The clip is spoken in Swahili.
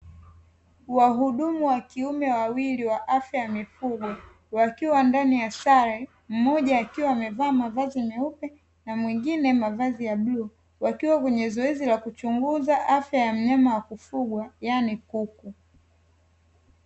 Wahudumu wa kiume wawili wa afya ya mifugo, wakiwa ndani ya sare, mmoja akiwa amevaa mavazi meupe na mwingine mavazi ya bluu; wakiwa kwenye zoezi la kuchunguza afya ya mnyama wa kufugwa, yaani kuku.